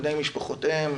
בני משפחותיהם,